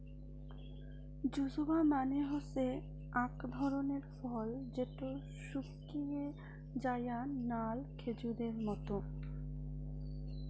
জুজুবা মানে হসে আক ধরণের ফল যেটো শুকিয়ে যায়া নাল খেজুরের মত